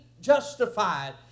justified